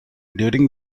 during